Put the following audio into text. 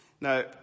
Now